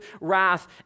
wrath